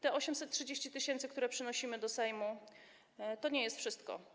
Te 830 tys., które przynosimy do Sejmu, to nie jest wszystko.